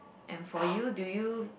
and for you do you